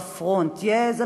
רגע.